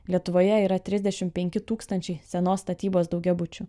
lietuvoje yra trisdešimt penki tūkstančiai senos statybos daugiabučių